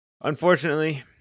unfortunately